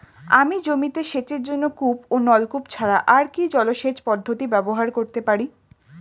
আমি জমিতে সেচের জন্য কূপ ও নলকূপ ছাড়া আর কি জলসেচ পদ্ধতি ব্যবহার করতে পারি?